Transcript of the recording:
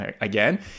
again